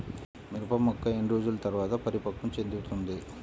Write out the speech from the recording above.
మిరప మొక్క ఎన్ని రోజుల తర్వాత పరిపక్వం చెందుతుంది?